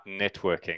networking